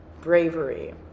Bravery